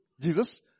Jesus